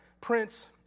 Prince